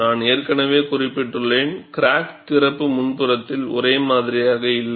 நான் ஏற்கனவே குறிப்பிட்டுள்ளேன் கிராக் திறப்பு முன்புறத்தில் ஒரே மாதிரியாக இல்லை